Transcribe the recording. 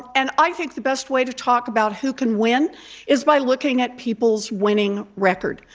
and i think the best way to talk about who can win is by looking at people's winning record.